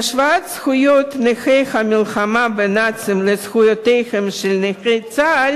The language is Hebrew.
השוואת זכויות נכי המלחמה בנאצים לזכויותיהם של נכי צה"ל